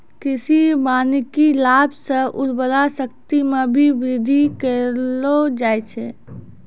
कृषि वानिकी लाभ से उर्वरा शक्ति मे भी बृद्धि करलो जाय छै